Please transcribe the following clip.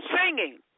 Singing